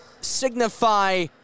signify